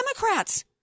Democrats